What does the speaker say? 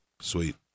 Sweet